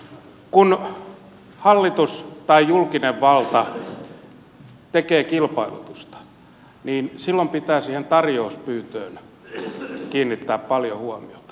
kun hallitus tai julkinen valta tekee kilpailutusta niin silloin pitää siihen tarjouspyyntöön kiinnittää paljon huomiota